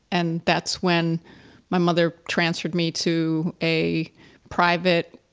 and that's when my mother transferred me to a private,